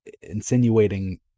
insinuating